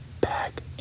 back